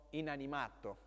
inanimato